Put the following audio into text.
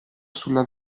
sulla